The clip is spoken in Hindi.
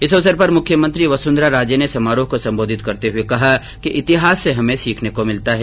इस अवसर पर मुख्यमंत्री वसुंधरा राजे ने समारोह को संबोधित करते हुए कहा कि इतिहास से हमे सीखने को मिलता हैं